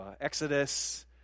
Exodus